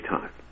time